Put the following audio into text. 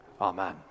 Amen